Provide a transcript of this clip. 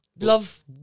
love